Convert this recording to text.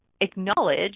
acknowledge